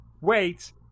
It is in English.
Wait